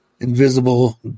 invisible